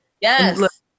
Yes